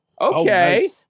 Okay